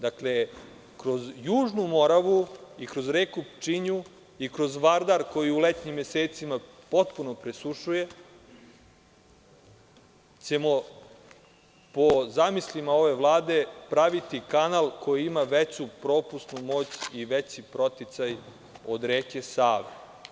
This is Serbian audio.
Dakle, kroz Južnu Moravu i kroz reku Pčinju i kroz Vardar koji u letnjim mesecima potpuno presušuje ćemo po zamislima ove Vlade praviti kanal koji ima veću propusnu moć i veći proticaj od reke Save.